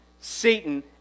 Satan